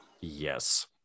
Yes